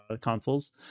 consoles